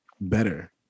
better